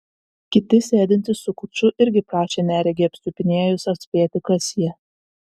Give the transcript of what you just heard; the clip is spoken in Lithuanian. kiti sėdintys su kuču irgi prašė neregį apčiupinėjus atspėti kas jie